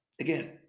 again